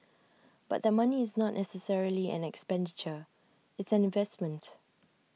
but that money is not necessarily an expenditure it's an investment